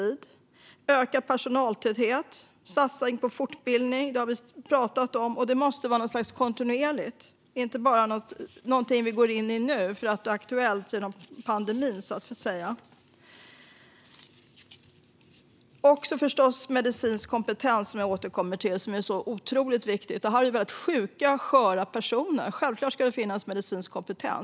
Det ska vara en ökad personaltäthet och en satsning på fortbildning. Det har vi pratat om, och det måste vara något kontinuerligt, inte bara något som vi går in i nu för att det är aktuellt i och med pandemin, så att säga. Det handlar förstås också om medicinsk kompetens, som jag återkommer till. Det är otroligt viktigt. Det här är väldigt sjuka och sköra personer. Självklart ska det finnas medicinsk kompetens.